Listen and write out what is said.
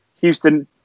Houston